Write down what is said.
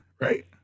Right